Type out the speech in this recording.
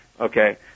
okay